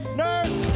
nurse